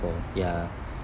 ya